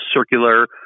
circular